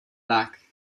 back